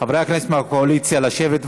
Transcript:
חברי הכנסת מהקואליציה, לשבת בבקשה.